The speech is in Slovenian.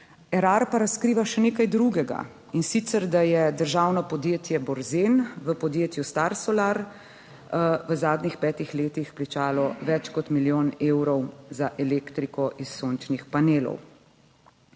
pa razkriva še nekaj drugega, in sicer da je državno podjetje Borzen v podjetju Star Solar v zadnjih petih letih plačalo več kot milijon evrov za elektriko iz sončnih panelov.